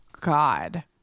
God